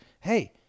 hey